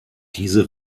diese